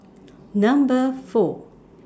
Number four